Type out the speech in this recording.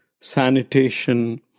sanitation